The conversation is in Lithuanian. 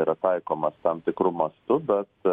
yra taikomas tam tikru mastu bet